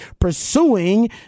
pursuing